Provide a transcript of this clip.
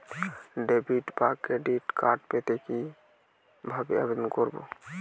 Debit বা credit card পেতে কি ভাবে আবেদন করব?